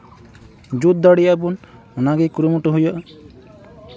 ᱡᱩᱛ ᱫᱟᱲᱮᱭᱟᱜ ᱟᱵᱚᱱ ᱚᱱᱟᱜᱮ ᱠᱩᱨᱩᱢᱩᱴᱩ ᱦᱩᱭᱩᱜᱼᱟ